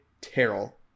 Terrell